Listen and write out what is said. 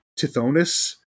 Tithonus